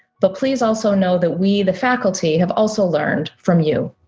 but please also know that we, the faculty, have also learned from you,